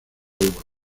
uvas